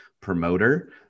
promoter